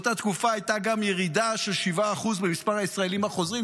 באותה תקופה הייתה גם ירידה של 7% במספר הישראלים החוזרים,